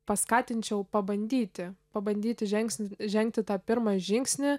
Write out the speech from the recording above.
paskatinčiau pabandyti pabandyti žengsni žengti tą pirmą žingsnį